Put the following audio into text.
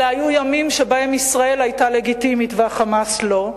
אלה היו ימים שבהם ישראל היתה לגיטימית וה"חמאס" לא.